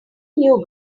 knew